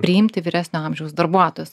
priimti vyresnio amžiaus darbuotojus